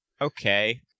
Okay